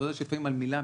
אתה יודע שלפעמים על מילה,